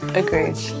agreed